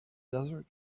desert